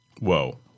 Whoa